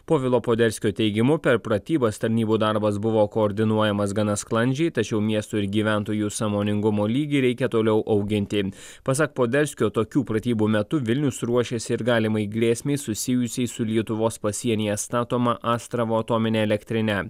povilo poderskio teigimu per pratybas tarnybų darbas buvo koordinuojamas gana sklandžiai tačiau miesto ir gyventojų sąmoningumo lygį reikia toliau auginti pasak poderskio tokių pratybų metu vilnius ruošiasi ir galimai grėsmei susijusiai su lietuvos pasienyje statoma astravo atomine elektrine